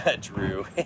Drew